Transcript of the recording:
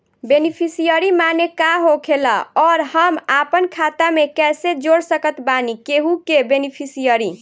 Beneficiary माने का होखेला और हम आपन खाता मे कैसे जोड़ सकत बानी केहु के बेनीफिसियरी?